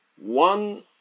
One